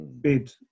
Bid